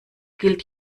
gilt